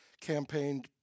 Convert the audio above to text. campaigned